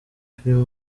filime